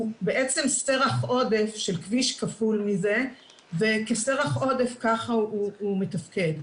הוא בעצם סרח עודף של כביש כפול מזה וכסרח עודף כך הוא מתפקד.